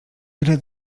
ile